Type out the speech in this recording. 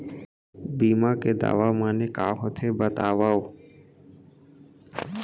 बीमा के दावा माने का होथे बतावव?